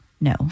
no